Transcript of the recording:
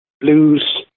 blues